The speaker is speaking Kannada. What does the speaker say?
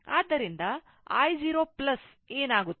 ಆದ್ದರಿಂದ i0 ಏನಾಗುತ್ತದೆ